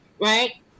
right